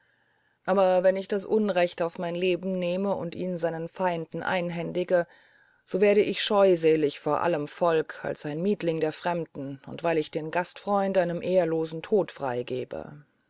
aber wenn ich das unrecht auf mein leben nehme und ihn seinen feinden einhändige so werde ich scheusälig vor allem volk als ein mietling der fremden und weil ich den gastfreund einem ehrlosen tode